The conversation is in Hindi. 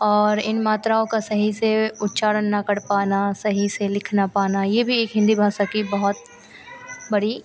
और इन मात्राओं का सही से उच्चारण न कर पाना सही से लिख न पाना यह भी एक हिन्दी भाषा की बहुत बड़ी